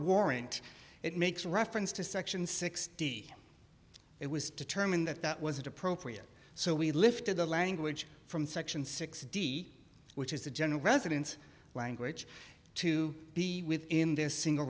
warrant it makes reference to section sixty it was determined that that wasn't appropriate so we lifted the language from section six d which is the general residence language to be within the single